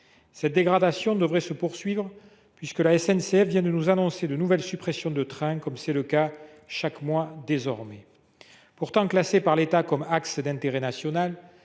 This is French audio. cette dégradation devrait se poursuivre, puisque la SNCF vient de nous annoncer de nouvelles suppressions de trains, comme c’est le cas chaque mois désormais. Pourtant classée par l’État comme axe d’intérêt national,